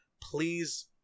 please